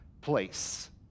place